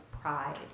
pride